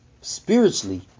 spiritually